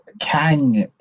Kang